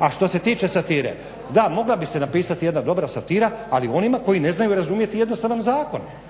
A što se tiče satire, da mogla bi se napisati jedna dobra satira ali o onima koji ne znaju razumjeti jednostavne zakone.